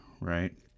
right